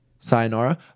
Sayonara